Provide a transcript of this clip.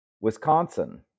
Wisconsin